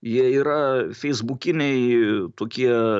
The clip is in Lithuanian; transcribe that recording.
jie yra feisbukiniai tokie